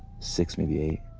six, maybe eight.